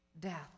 death